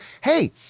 Hey